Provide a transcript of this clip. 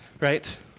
right